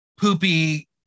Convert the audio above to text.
Poopy